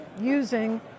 using